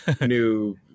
new